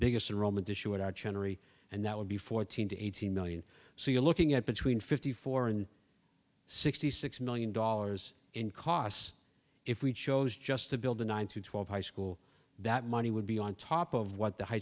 biggest in roman tissue at our general and that would be fourteen to eighteen million so you're looking at between fifty four and sixty six million dollars in costs if we chose just to build a nine to twelve high school that money would be on top of what the high